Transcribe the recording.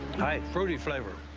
fruity flavor.